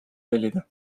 tellida